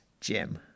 Jim